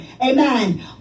amen